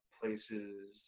places